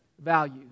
value